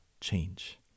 change